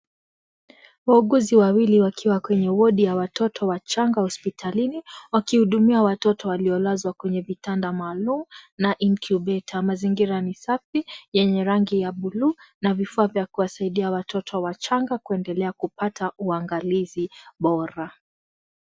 Wauguzi wawili wakiwa kwenye wodi ya watoto wachanga hospitalini, wakihudumia watoto waliolazwa kwenye kitanda maalum na incubator . Mazingira masafi yenye rangi ya bluu na vifaa vya kuwasaidia watoto wachanga kuendelea kupata uangalizi bora.